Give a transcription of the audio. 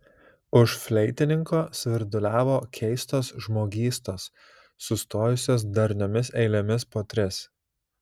už fleitininko svirduliavo keistos žmogystos sustojusios darniomis eilėmis po tris